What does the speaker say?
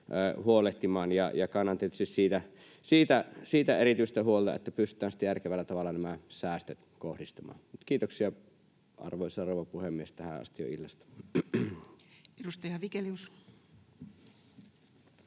huolehtimaan, ja kannan tietysti siitä erityistä huolta, että pystytään sitten järkevällä tavalla nämä säästöt kohdistamaan. — Mutta kiitoksia, arvoisa rouva puhemies, tähänastisesta illasta. [Speech